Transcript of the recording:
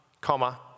comma